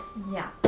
yeah,